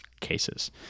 cases